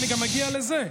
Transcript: אני גם אגיע לזה.